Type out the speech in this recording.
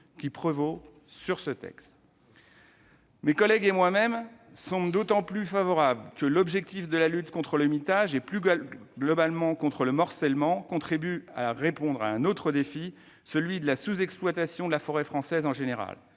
qui prévaut sur ce texte. Mes collègues et moi-même y sommes d'autant plus favorables que l'objectif de lutte contre le mitage et, plus globalement, contre le morcellement contribue à répondre à un autre défi, celui de la sous-exploitation de la forêt française en général.